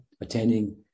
attending